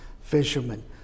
fishermen